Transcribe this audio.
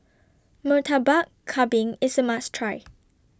Murtabak Kambing IS A must Try